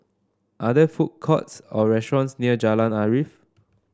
are there food courts or restaurants near Jalan Arif